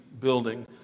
building